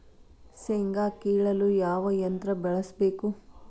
ಶೇಂಗಾ ಕೇಳಲು ಯಾವ ಯಂತ್ರ ಬಳಸಬೇಕು?